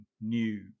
new